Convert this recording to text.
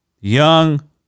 Young